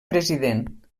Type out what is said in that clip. president